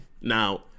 Now